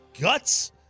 guts